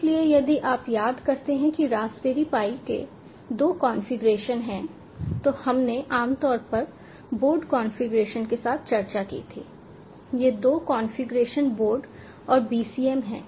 इसलिए यदि आप याद करते हैं कि रास्पबेरी पाई के 2 कॉन्फ़िगरेशन हैं तो हमने आमतौर पर बोर्ड कॉन्फ़िगरेशन के साथ चर्चा की थी ये 2 कॉन्फ़िगरेशन बोर्ड और BCM हैं